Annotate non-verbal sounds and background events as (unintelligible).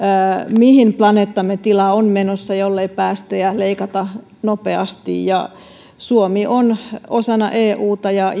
mihin planeettamme tila on menossa jollei päästöjä leikata nopeasti ja suomi on osana euta ja (unintelligible)